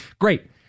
great